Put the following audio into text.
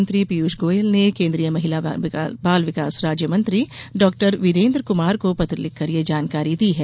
rail मंत्री पीयूष गोयल ने केंद्रीय महिला बाल विकास राज्य मंत्री डाक्टर वीरेन्द्र कुमार को पत्र लिखकर ये जानकारी दी है